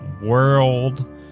world